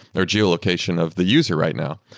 or geo location of the user right now?